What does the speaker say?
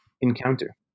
encounter